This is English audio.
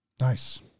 Nice